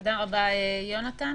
תודה רבה, יונתן.